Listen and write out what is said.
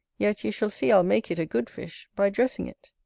yet you shall see i'll make it a good fish by dressing it.